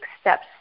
steps